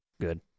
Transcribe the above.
good